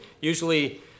Usually